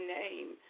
name